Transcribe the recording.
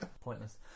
Pointless